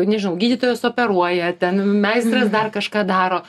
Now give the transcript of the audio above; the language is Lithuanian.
nežinau gydytojas operuoja ten meistras dar kažką daro